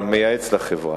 הוא מייעץ לחברה.